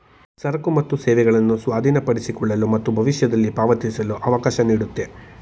ಸರಕು ಮತ್ತು ಸೇವೆಗಳನ್ನು ಸ್ವಾಧೀನಪಡಿಸಿಕೊಳ್ಳಲು ಮತ್ತು ಭವಿಷ್ಯದಲ್ಲಿ ಪಾವತಿಸಲು ಅವಕಾಶ ನೀಡುತ್ತೆ